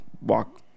walk